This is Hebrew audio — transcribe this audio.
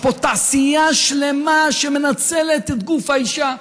יש פה תעשייה שלמה שמנצלת את גוף האישה.